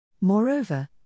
Moreover